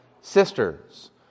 sisters